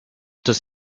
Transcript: does